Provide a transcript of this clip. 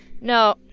no